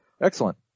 Excellent